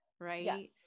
Right